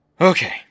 Okay